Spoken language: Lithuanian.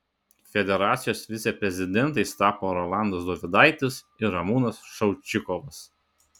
federacijos viceprezidentais tapo rolandas dovidaitis ir ramūnas šaučikovas